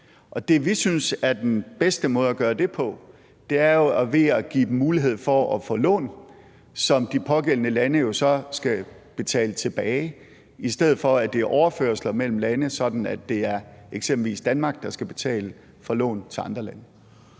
det, vi synes er den bedste måde at gøre det på, er jo ved at give dem mulighed for at få lån, som de pågældende lande jo så skal betale tilbage, i stedet for det er overførsler mellem lande, sådan at det eksempelvis er Danmark, der skal betale for lån til andre lande.